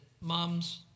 moms